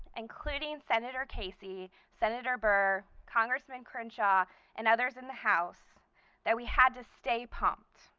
including senator casey, senator burr, congressman crenshaw and others in the house that we had to stay popped.